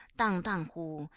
dang dang hu,